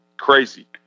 crazy